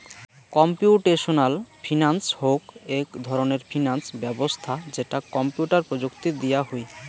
computational finance হউক এক ধরণের ফিনান্স ব্যবছস্থা যেটা কম্পিউটার প্রযুক্তি দিয়া হুই